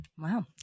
Wow